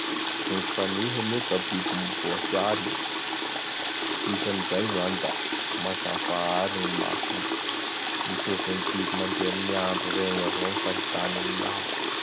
Gny Fanihy anie ka biby miboaky aly. Dikan'izay zany da mazava aly gny masony. Mitovy amin'ny biby amin'ny andro iregny avao gny fahitany amin'ny aly.